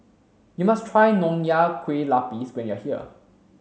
you must try Nonya Kueh Lapis when you are here